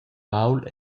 baul